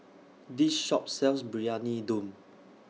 This Shop sells Briyani Dum